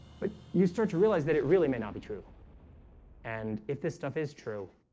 but you start to realize that it really may not be true and if this stuff is true,